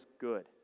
good